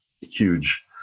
huge